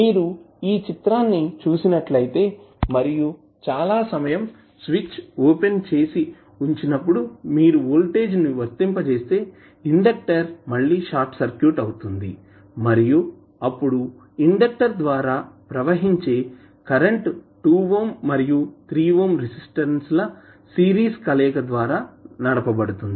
మీరు ఈ చిత్రాన్ని చూసినట్లయితే మరియు చాలా సమయం స్విచ్ ఓపెన్ చేసి ఉంచినప్పుడు మీరు వోల్టేజ్ ని వర్తింపజేస్తే ఇండక్టర్ మళ్లీ షార్ట్ సర్క్యూట్ అవుతుంది మరియు అప్పుడు ఇండక్టర్ ద్వారా ప్రవహించే కరెంట్ 2 ఓం మరియు 3 ఓం రెసిస్టెన్స్ల సిరీస్ కలయిక ద్వారా నడపబడుతుంది